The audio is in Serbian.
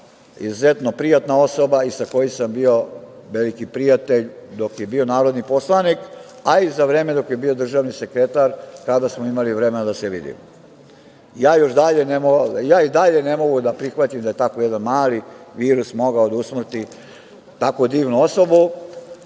izuzetno prijatna osoba i sa kojim sam bio veliki prijatelj dok je bio narodni poslanik, a i za vreme dok je bio državni sekretar, kada smo imali vremena da se vidimo. Ja i dalje ne mogu da prihvatim da je tako jedan mali virus mogao da usmrti tako divnu osobu,